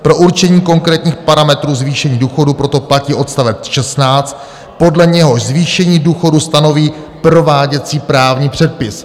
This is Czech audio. Pro určení konkrétních parametrů zvýšení důchodu proto platí odst. 16, podle něhož zvýšení důchodu stanoví prováděcí právní předpis.